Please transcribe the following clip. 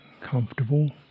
comfortable